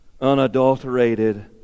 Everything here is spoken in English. unadulterated